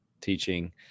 teaching